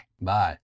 Bye